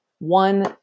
one